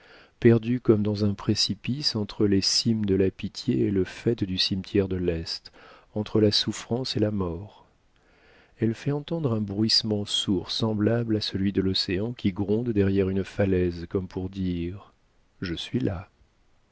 perdue comme dans un précipice entre les cimes de la pitié et le faîte du cimetière de l'est entre la souffrance et la mort elle fait entendre un bruissement sourd semblable à celui de l'océan qui gronde derrière une falaise comme pour dire je suis là